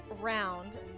round